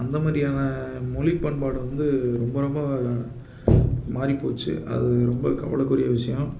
அந்த மாதிரியான மொழி பண்பாடு வந்து ரொம்ப ரொம்ப மாறிப்போச்சு அது ரொம்ப கவலைக்குரிய விஷயம்